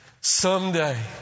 someday